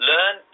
Learn